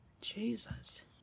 Jesus